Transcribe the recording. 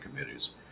committees